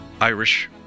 Irish